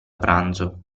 pranzo